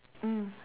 mm